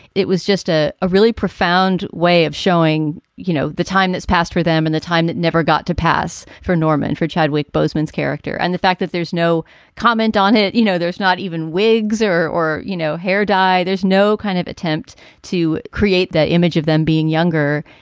it was just a really profound way of showing, you know, the time that's passed for them and the time that never got to pass for norman, for chadwick postman's character. and the fact that there's no comment on it, you know, there's not even wigs or, you know, hair dye. there's no kind of attempt to create that image of them being younger.